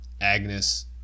Agnes